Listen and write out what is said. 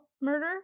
murder